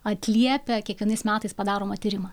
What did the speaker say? atliepia kiekvienais metais padaromą tyrimą